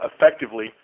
effectively